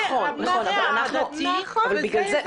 זה נושא דתי וזה אזרחי.